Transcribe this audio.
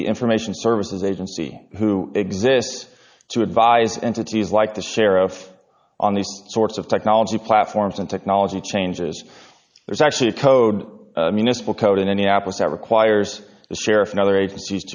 the information services agency who exists to advise entities like the sheriff on these sorts of technology platforms and technology changes there's actually a code municipal code in annapolis that requires the sheriff and other agencies